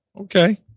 Okay